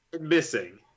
missing